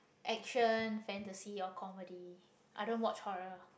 action fantasy or comedy I don't watch horror